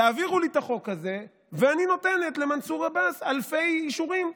תעבירו לי את החוק הזה ואני נותנת למנסור עבאס אלפי אישורים.